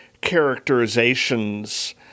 characterizations